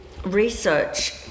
research